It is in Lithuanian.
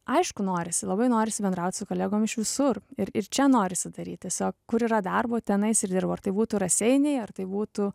aišku norisi labai norisi bendraut su kolegom iš visur ir ir čia norisi daryti tiesiog kur yra darbo tenais ir dirbu ar tai būtų raseiniai ar tai būtų